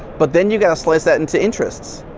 but then you've got to slice that in to interests.